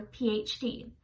PhD